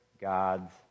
God's